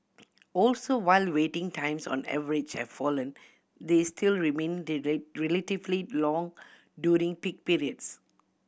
also while waiting times on average have fallen they still remain the relatively long during peak periods